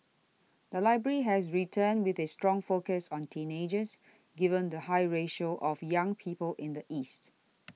the library has returned with a strong focus on teenagers given the high ratio of young people in the east